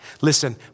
Listen